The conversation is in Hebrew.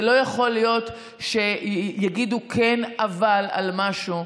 זה לא יכול להיות שיגידו "כן, אבל" על משהו.